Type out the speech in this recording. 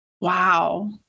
Wow